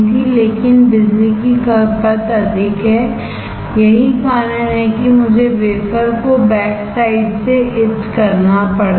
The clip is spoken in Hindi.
लेकिन बिजली की खपत अधिक है यही कारण है कि मुझे वेफर को बैकसाइड से इच करना पड़ता है